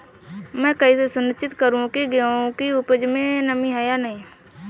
मैं कैसे सुनिश्चित करूँ की गेहूँ की उपज में नमी है या नहीं?